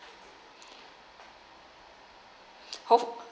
hope